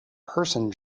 person